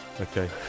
Okay